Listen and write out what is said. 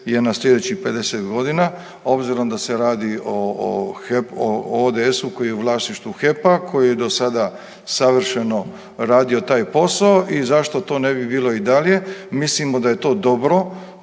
na sljedećih 50 godina, obzirom da se radi o ODS-u koji je u vlasništvu HEP-a koji je do sada savršeno radio taj posao i zašto to ne bi bilo i dalje? Mislimo da je to dobro,